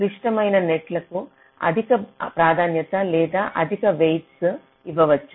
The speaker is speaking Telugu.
క్లిష్టమైన నెట్స్కు అధిక ప్రాధాన్యత లేదా అధిక వెయిట్స్ ఇవ్వవచ్చు